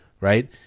right